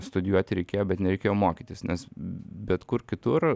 studijuoti reikėjo bet nereikėjo mokytis nes bet kur kitur